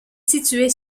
située